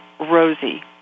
Rosie